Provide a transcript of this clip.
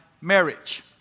marriage